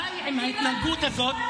די עם ההתנהגות הזאת.